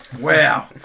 Wow